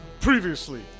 Previously